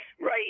Right